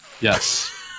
Yes